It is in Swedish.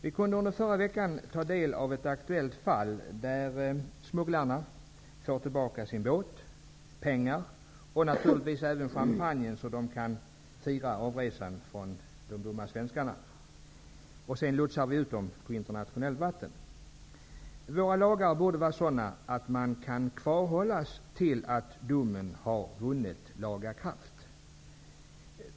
I förra veckan kunde vi ta del av ett aktuellt fall där smugglarna fick tillbaka båten, pengarna och naturligtvis champagnen -- så att de kunde fira avresan från de dumma svenskarna. Sedan lotsades de ut på internationellt vatten. Våra lagar borde vara sådana att dessa personer kan hållas kvar till dess att domen har vunnit laga kraft.